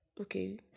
Okay